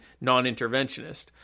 non-interventionist